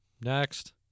Next